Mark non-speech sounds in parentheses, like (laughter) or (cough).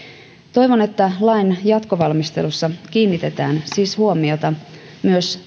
toivon että lain jatkovalmistelussa kiinnitetään siis huomiota myös (unintelligible)